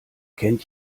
kennt